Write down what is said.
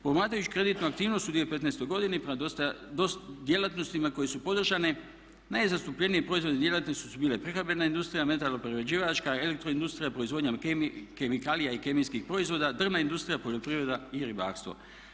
Promatrajući kreditnu aktivnost u 2015.godini prema djelatnostima koje su podržane najzastupljeniji proizvodi i djelatnosti su bili prehrambena industrija, metalo-prerađivačka, elektro industrija, proizvodnja kemikalija i kemijskih proizvoda, drvna industrija, poljoprivreda i ribarstvo.